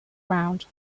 round